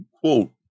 quote